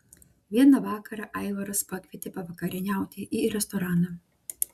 vieną vakarą aivaras pakvietė pavakarieniauti į restoraną